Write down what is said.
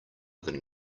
than